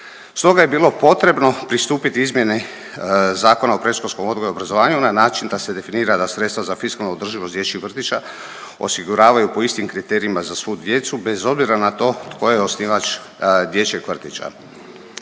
Stoga je bilo potrebno pristupiti izmjeni Zakona o predškolskom odgoju i obrazovanju na način da se definira da sredstva za fiskalnu održivost dječjih vrtića osiguravaju po istim kriterijima za svu djecu bez obzira na to tko je osnivač dječjeg vrtića.